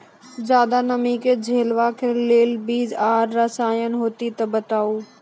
ज्यादा नमी के झेलवाक लेल बीज आर रसायन होति तऽ बताऊ?